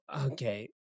okay